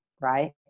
right